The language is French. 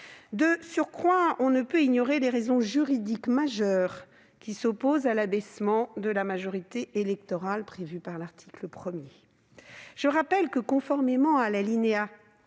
De surcroît, on ne peut ignorer les raisons juridiques majeures qui s'opposent à l'abaissement de la majorité électorale prévu par l'article 1. Je rappelle que, conformément à l'alinéa